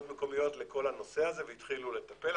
מקומיות לכל הנושא הזה והתחילו לטפל.